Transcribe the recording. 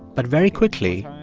but very quickly,